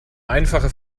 einfache